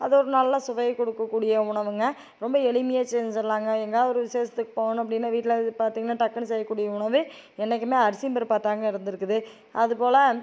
அது ஒரு நல்ல சுவையை கொடுக்கக்கூடிய உணவுங்க ரொம்ப எளிமையாக செஞ்சிடலாங்க எங்கேயா ஒரு விசேஷத்துக்கு போகணும் அப்படின்னா வீட்டில் பார்த்திங்கன்னா டக்குனு செய்யக்கூடிய உணவு என்றைக்குமே அரிசியும் பருப்பாக தான்ங்க இருந்திருக்குது அது போல்